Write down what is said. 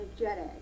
energetic